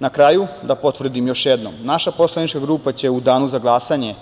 Na kraju, da potvrdim još jednom, naša poslanička grupa će u danu za glasanje